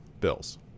bills